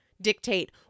dictate